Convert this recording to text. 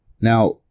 Now